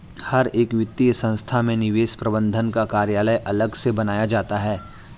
हर एक वित्तीय संस्था में निवेश प्रबन्धन का कार्यालय अलग से बनाया जाता है